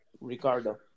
Ricardo